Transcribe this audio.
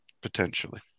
potentially